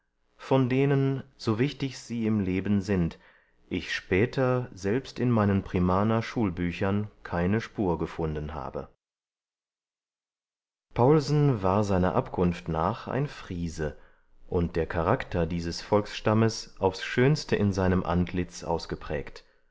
von denen so wichtig sie im leben sind ich später selbst in meinen primaner schulbüchern keine spur gefunden habe paulsen war seiner abkunft nach ein friese und der charakter dieses volksstammes aufs schönste in seinem antlitz ausgeprägt